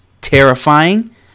terrifying